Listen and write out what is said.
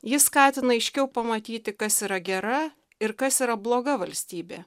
ji skatina aiškiau pamatyti kas yra gera ir kas yra bloga valstybė